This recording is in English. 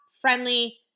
friendly